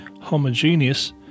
homogeneous